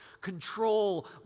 control